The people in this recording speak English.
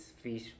fish